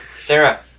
Sarah